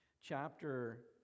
chapter